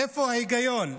איפה ההיגיון?